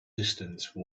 distance